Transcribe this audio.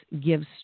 gives